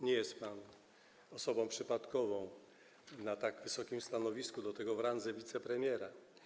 Nie jest pan osobą przypadkową na tak wysokim stanowisku, do tego w randze wicepremiera.